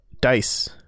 DICE